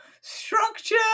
structure